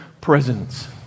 presence